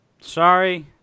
sorry